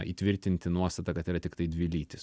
įtvirtinti nuostatą kad yra tiktai dvi lytys